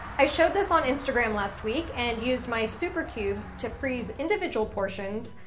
i showed this on instagram last week and used my souper cubes to freeze individual portions,